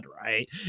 right